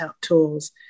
tools